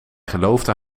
geloofde